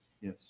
Yes